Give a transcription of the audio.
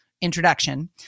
introduction